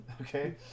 Okay